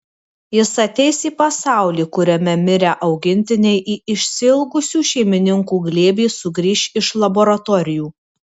jis ateis į pasaulį kuriame mirę augintiniai į išsiilgusių šeimininkų glėbį sugrįš iš laboratorijų